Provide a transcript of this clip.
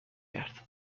کرد